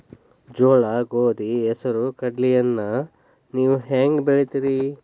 ಜೋಳ, ಗೋಧಿ, ಹೆಸರು, ಕಡ್ಲಿಯನ್ನ ನೇವು ಹೆಂಗ್ ಬೆಳಿತಿರಿ?